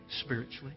spiritually